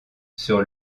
sur